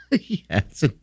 Yes